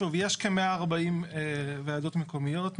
יש כ-140 ועדות מקומיות,